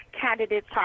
candidates